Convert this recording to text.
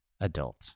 adult